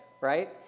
right